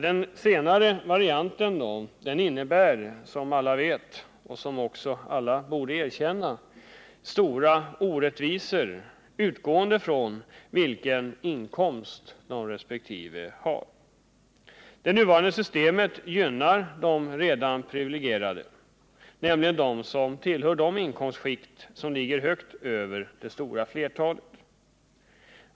Det senare sättet innebär, som alla vet och som alla också borde erkänna, stora orättvisor, eftersom avdragets storlek beror på vilka inkomster man har. Det nuvarande systemet gynnar de redan privilegierade, nämligen dem som ligger i inkomstskikt högt över vad som gäller för det stora flertalet.